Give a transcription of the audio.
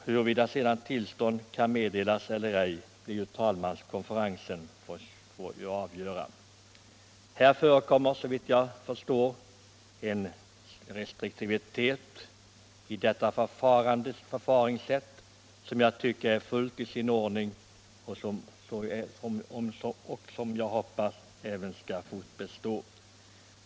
Huruvida sedan tillstånd kan meddelas eller ej är det ju talmanskonferensen som får avgöra. Här förekommer såvitt jag förstår en restriktivitet i förfaringssättet som är fullt i sin ordning och som jag hoppas även skall fortbestå.